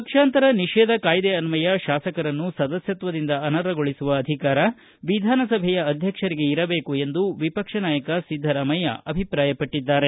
ಪಕ್ಷಾಂತರ ನಿಷೇಧ ಕಾಯ್ದೆ ಅನ್ವಯ ಶಾಸಕರನ್ನು ಸದಸ್ನತ್ವದಿಂದ ಅನರ್ಹಗೊಳಿಸುವ ಅಧಿಕಾರ ವಿಧಾನಸಭೆಯ ಅಧ್ಯಕ್ಷರಿಗೇ ಇರಬೇಕು ಎಂದು ವಿಪಕ್ಷ ನಾಯಕ ಸಿದ್ದರಾಮಯ್ಯ ಅಭಿಪ್ರಾಯಪಟ್ಟಿದ್ದಾರೆ